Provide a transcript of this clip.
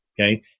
Okay